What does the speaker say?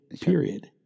period